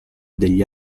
degli